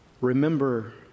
Remember